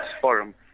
forum